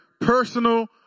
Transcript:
personal